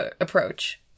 approach